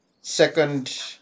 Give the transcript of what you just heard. second